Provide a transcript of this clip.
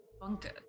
bunker